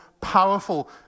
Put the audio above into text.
powerful